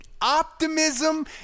optimism